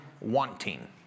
wanting